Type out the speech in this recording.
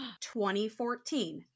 2014